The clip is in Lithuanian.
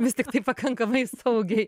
vis tiktai pakankamai saugiai